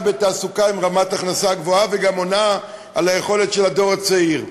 בתעסוקה ברמת הכנסה גבוהה וגם מתאימה ליכולת של הדור הצעיר.